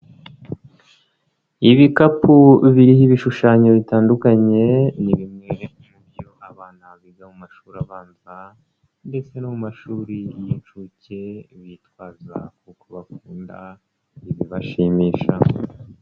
Ibikapu biriho ibishushanyo bitandukanye ni bimwe mu byo abana biga mu mashuri abanza ndetse no mu mashuri y'inshuke bitwaza kuko bakunda ibibashimisha.